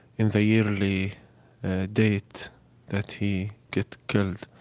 in the yearly date that he get killed,